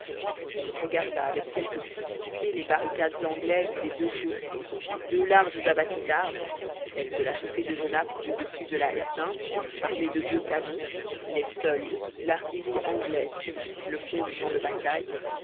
il regarda avec quelque fixité les barricades anglaises des deux chaussées deux larges abatis d'arbres celle de la chaussée de genappe au-dessus de la haie sainte armée de deux canons les seuls de toute l'artillerie anglaise qui vissent le fond du champ de bataille